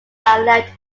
dialect